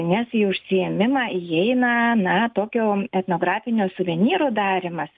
nes į užsiėmimą įeina na tokio etnografinio suvenyro darymas